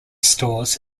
stores